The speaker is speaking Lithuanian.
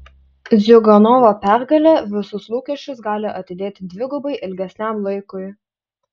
ziuganovo pergalė visus lūkesčius gali atidėti dvigubai ilgesniam laikui